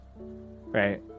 right